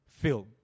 filled